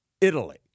Italy